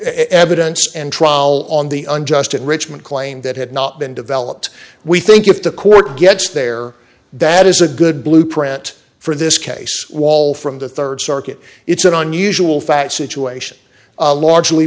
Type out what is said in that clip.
evidence and trial on the unjust enrichment claim that had not been developed we think if the court gets there that is a good blueprint for this case wall d from the rd circuit it's an unusual fact situation a largely